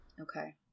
Okay